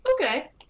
Okay